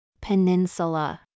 Peninsula